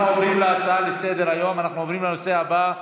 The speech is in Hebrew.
אנחנו עוברים לנושא הבא.